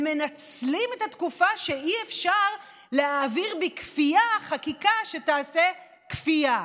הם מנצלים את התקופה שאי-אפשר להעביר בכפייה חקיקה שתעשה כפייה.